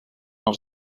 als